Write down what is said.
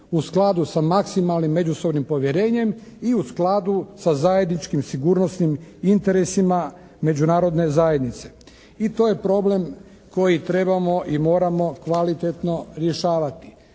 u skladu sa maksimalnim međusobnim povjerenjem i u skladu sa zajedničkim sigurnosnim interesima međunarodne zajednice, i to je problem koji trebamo i moramo kvalitetno rješavati.